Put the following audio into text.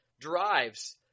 drives